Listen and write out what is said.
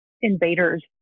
invaders